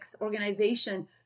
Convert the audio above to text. organization